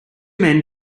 men